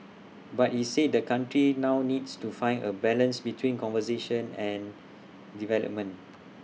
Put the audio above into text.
but he said the country now needs to find A balance between conservation and development